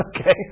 okay